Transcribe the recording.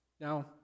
Now